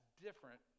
different